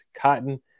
cotton